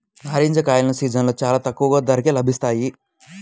నారింజ కాయల సీజన్లో చాలా తక్కువ ధరకే లభిస్తాయి